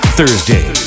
Thursday